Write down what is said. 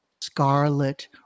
scarlet